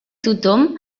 tothom